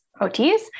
OTs